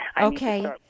Okay